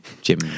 Jim